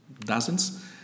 dozens